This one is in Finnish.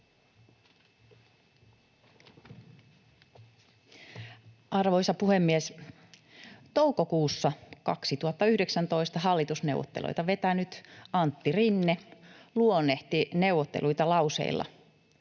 Arvoisa puhemies! Toukokuussa 2019 hallitusneuvotteluita vetänyt Antti Rinne luonnehti neuvotteluita lauseilla: